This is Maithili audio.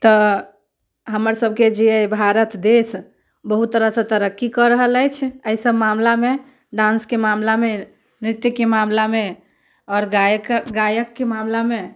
तऽ हमर सभके जे भारत देश बहुत तरहसँ तरक्की कऽ रहल अछि अइ सभ मामिलामे डान्सके मामिलामे नृत्यके मामिलामे आओर गायक गायकके मामिलामे